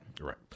Right